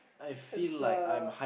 it's a